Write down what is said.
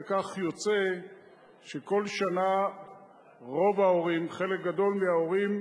וכך יוצא שכל שנה רוב ההורים, חלק גדול מההורים,